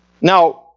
Now